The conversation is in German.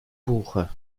buche